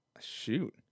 Shoot